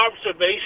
observation